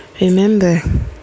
remember